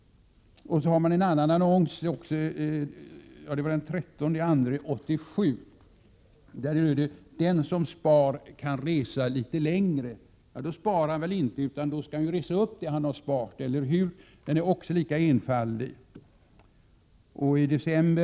En annons från den 13 februari 1987 lyder: ”Den som spar kan resa lite längre.” Det är väl inte att spara? I stället reser han eller hon upp de pengar som sparats. Den annonsen är lika enfaldig som de tidigare.